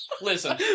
Listen